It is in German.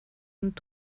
und